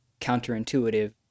counterintuitive